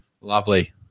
Lovely